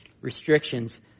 restrictions